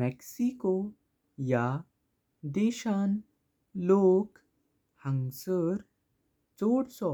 Mexico या देशान लोक हंसर चवदसो